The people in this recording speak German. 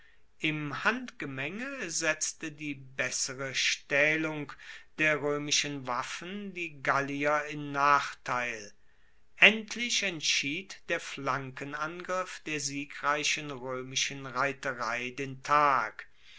im handgemenge setzte die bessere staehlung der roemischen waffen die gallier in nachteil endlich entschied der flankenangriff der siegreichen roemischen reiterei den tag